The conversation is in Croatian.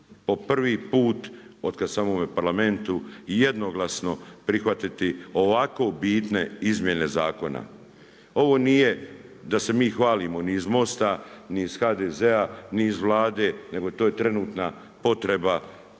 po prvi put od kad sam u ovome Parlamentu jednoglasno prihvatiti ovako bitne izmjene zakona. Ovo nije da se mi hvalimo ni iz MOST-a, ni iz HDZ-a, ni iz Vlade nego to je trenutna potreba